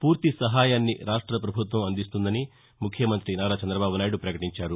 వూర్తి సహాయాన్ని రాష్ట్రపభుత్వం అందిస్తుందని ముఖ్యమంతి నారా చంద్రదబాబునాయుడు గ్రవకటించారు